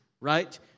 right